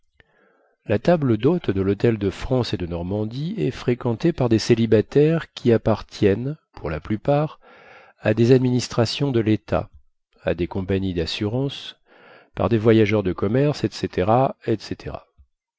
la table dhôte de lhôtel de france et de normandie est fréquentée par des célibataires qui appartiennent pour la plupart à des administrations de létat à des compagnies dassurances par des voyageurs de commerce etc etc